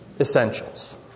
essentials